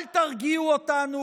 אל תרגיעו אותנו,